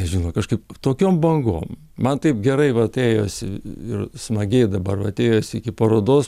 nežinau kažkaip tokiom bangom man taip gerai vat ėjosi ir smagiai dabar atėjęs iki parodos